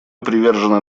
привержены